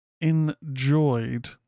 enjoyed